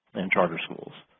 and charter schools.